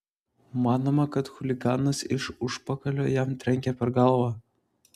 manoma kad chuliganas iš užpakalio jam trenkė per galvą